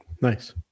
Nice